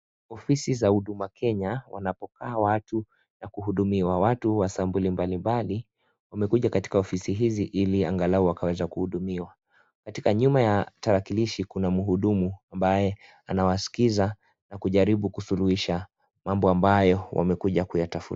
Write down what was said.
Ofisi za Huduma Kenya wanapokea watu na kuhudumia watu wa sampuli mbali mbali wamekuja katika ofisi hizi ili angalau wakaweza kuhudumiwa. Katika nyuma ya tarakilishi kuna mhudumu ambaye anawaskia na kujaribu kusuluhisha mambo ambayo wamekuja kuyatafuta.